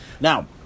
Now